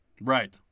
Right